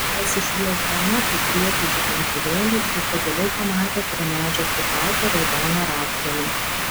pasišviesdama į priekį žibintuvėliu ji pagaliau pamatė prie medžio prikaltą raudoną rąstgalį